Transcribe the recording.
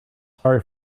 sorry